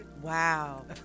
Wow